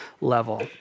level